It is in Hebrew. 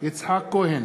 יצחק כהן,